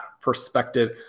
perspective